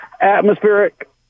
Atmospheric